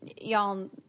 Y'all